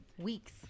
weeks